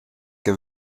che